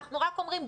אנחנו רק אומרים,